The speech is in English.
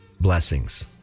blessings